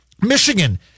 Michigan